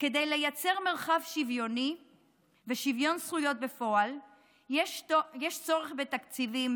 כדי לייצר מרחב שוויוני ושוויון זכויות בפועל יש צורך בתקציבים